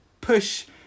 push